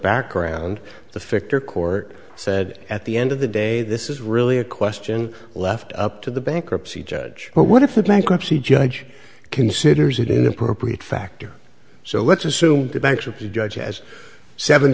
background the fichter court said at the end of the day this is really a question left up to the bankruptcy judge but what if the bankruptcy judge considers it in appropriate factor so let's assume the bankruptcy judge has seven